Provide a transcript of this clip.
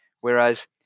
whereas